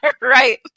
Right